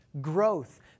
growth